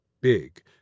big